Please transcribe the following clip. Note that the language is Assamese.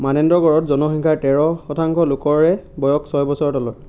মানেন্দ্ৰগড়ত জনসংখ্যাৰ তেৰ শতাংশ লোকৰে বয়স ছয় বছৰৰ তলৰ